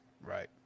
Right